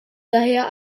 daher